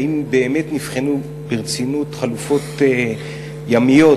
האם באמת נבחנו ברצינות חלופות ימיות,